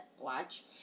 watch